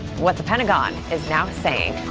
what the pentagon is now saying.